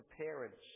parents